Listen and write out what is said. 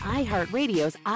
iHeartRadio's